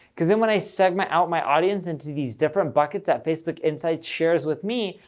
because then when i segment out my audience into these different buckets that facebook insights shares with me,